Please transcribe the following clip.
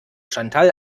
chantal